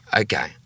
Okay